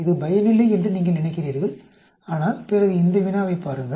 இது பயனில்லை என்று நீங்கள் நினைக்கிறீர்கள் ஆனால் பிறகு இந்த வினாவைப் பாருங்கள்